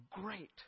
great